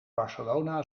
barcelona